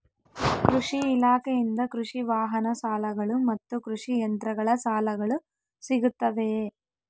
ಕೃಷಿ ಇಲಾಖೆಯಿಂದ ಕೃಷಿ ವಾಹನ ಸಾಲಗಳು ಮತ್ತು ಕೃಷಿ ಯಂತ್ರಗಳ ಸಾಲಗಳು ಸಿಗುತ್ತವೆಯೆ?